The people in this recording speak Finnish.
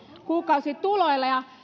kuukausituloilla ja